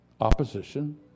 opposition